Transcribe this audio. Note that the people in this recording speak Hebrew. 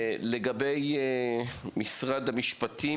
לגבי משרד המשפטים,